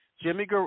Jimmy